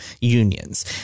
unions